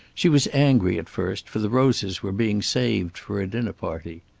she was angry at first, for the roses were being saved for a dinner party.